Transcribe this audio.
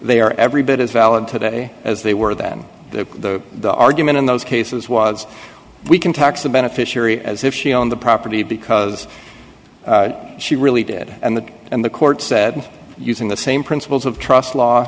are every bit as valid today as they were then the argument in those cases was we can tax the beneficiary as if she owned the property because she really did and the and the court said using the same principles of trust law